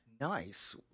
Nice